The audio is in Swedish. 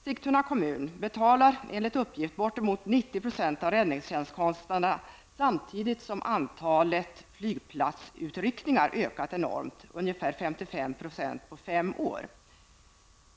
Sigtuna kommun betalar enligt uppgift bortemot 90 % av räddningstjänstskostnaderna, samtidigt som antalet flygplatsutryckningar ökat enormt, med ungefär 55 % på fem år.